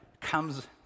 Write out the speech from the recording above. comes